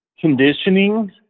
Conditioning